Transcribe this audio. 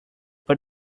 but